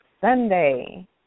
Sunday